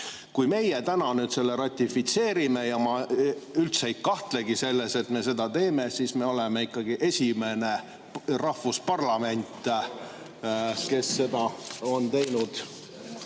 Kui meie täna nüüd selle ratifitseerime – ja ma üldse ei kahtlegi selles, et me seda teeme –, siis me oleme ikkagi esimene rahvusparlament, kes seda on teinud.